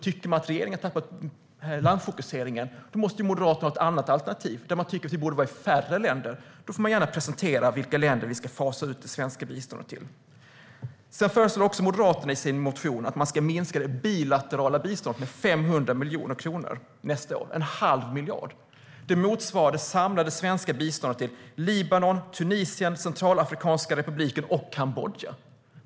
Tycker man att regeringen har tappat landfokuseringen måste ju Moderaterna ha något annat alternativ där man tycker att det borde vara färre länder, och då får ni gärna presentera vilka länder vi ska fasa ut det svenska biståndet till. Sedan föreslår Moderaterna i sin motion att man ska minska det bilaterala biståndet med 500 miljoner kronor nästa år - en halv miljard. Det motsvarar det samlade svenska biståndet till Libanon, Tunisien, Centralafrikanska republiken och Kambodja.